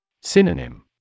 Synonym